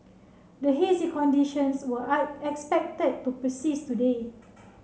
the hazy conditions were expected to persist today